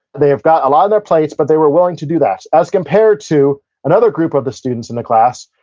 they've got a lot on their plates, but they were willing to do that. as compared to another group of the students in the class,